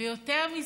ויותר מזה,